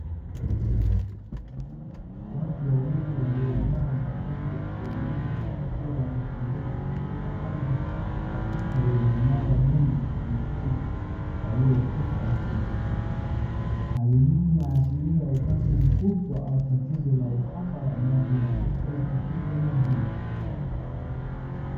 Watu wawili waliovaa mavazi ya kienyeji wakiwa wanatembea katika ardhi kavu kabisa yenye mawe mengi na mifugo walio kufa chini, hali hii inaashiria ukame mkubwa au tatizo la uhaba wa maji na chakula katika eneo hilo.